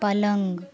पलंग